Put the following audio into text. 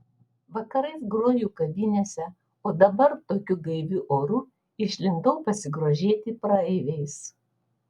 vakarais groju kavinėse o dabar tokiu gaiviu oru išlindau pasigrožėti praeiviais